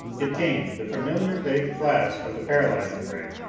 it came the familiar vague flash of the paralyzing ray.